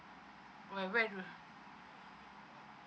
where where do